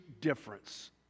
difference